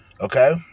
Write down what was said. Okay